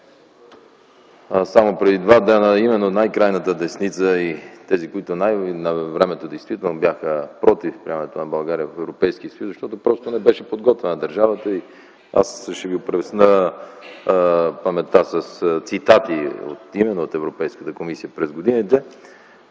Само преди два дни именно най-крайната десница и тези, които навремето действително бяха против приемането на България в Европейския съюз, защото просто не беше подготвена държавата - аз ви ще опресня паметта с цитати, именно от Европейската комисия през годините,